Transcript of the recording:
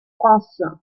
france